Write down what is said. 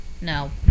No